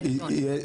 יבוא לדיון.